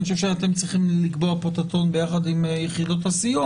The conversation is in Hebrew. אני חושב שאתם צריכים לקבוע פה את הטון ביחד עם יחידות הסיוע,